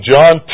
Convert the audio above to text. John